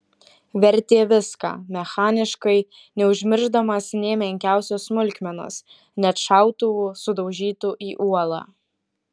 vertė viską mechaniškai neužmiršdamas nė menkiausios smulkmenos net šautuvų sudaužytų į uolą